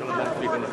לא חקיקה רטרואקטיבית.